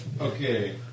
Okay